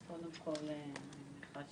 קודם כול, אני מניחה